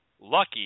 Lucky